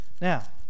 Now